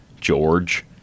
George